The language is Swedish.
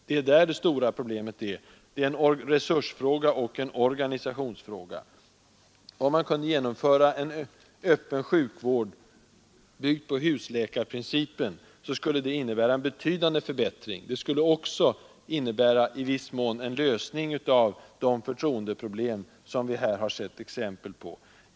Det stora problemet har alltså med resurser och organisation att göra. Om man kunde genomföra en öppen sjukvård byggd på husläkarprincipen, så skulle det innebära en betydande förbättring. Det skulle också i viss mån innebära en lösning av de förtroendeproblem som vi nu har sett 147 exempel på.